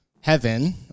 heaven